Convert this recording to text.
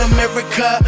America